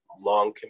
long